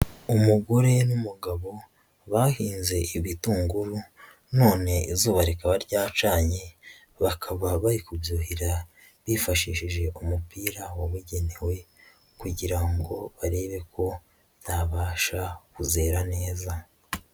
Umugore n'umugabo, bahinze ibitunguru none izuba rikaba ryacanye, bakaba bari kubyuhira bifashishije umupira wabugenewe, kugira ngo barebe ko byabasha kuzera neza.